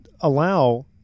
allow